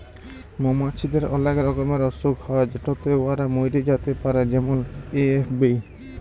মমাছিদের অলেক রকমের অসুখ হ্যয় যেটতে উয়ারা ম্যইরে যাতে পারে যেমল এ.এফ.বি